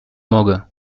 mogę